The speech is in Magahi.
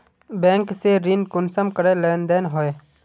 बैंक से ऋण कुंसम करे लेन देन होए?